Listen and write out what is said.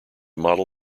model